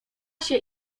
się